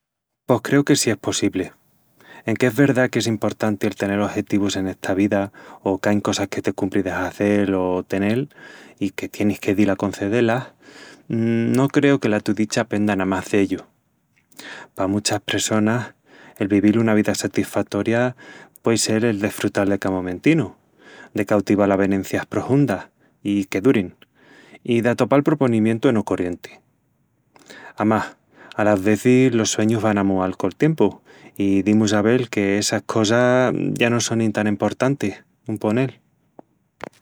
Pos creu que sí es possibli. Enque es verdá que es importanti el tenel ojetivus en esta vida o qu'ain cosas que te cumpri de hazel o tenel, i que tienis que dil a concedé-las. No creu que la tu dicha penda namás d'ellu. Pa muchas pressonas el vivil una vida satisfatoria puei sel el desfrutal de ca momentinu, de cautival avenencias prohundas i que durin, i d'atopal proponimientu eno corrienti... Amás, alas vezis los sueñus van a mual col tiempu i dimus a vel que essas cosas ya no sonin tan emportantis, un ponel.